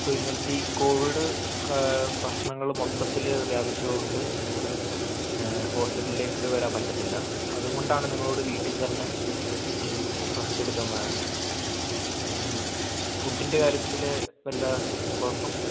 ഇപ്പോൾ ഇങ്ങനത്തെ ഈ കോവിഡ് പ്രശ്നങ്ങൾ മൊത്തത്തില് വ്യാപിച്ചത് കൊണ്ട് നിങ്ങൾക്ക് ഹോസ്പിറ്റലിലേക്ക് വരാൻ പറ്റത്തില്ല അതുകൊണ്ടാണ് നിങ്ങളോട് വീട്ടിൽ തന്നെ ഇരുന്ന് റസ്റ്റ് എടുക്കാൻ പറയുന്നു ഫുഡിൻ്റെ കാര്യത്തില് വല്ല കുഴപ്പം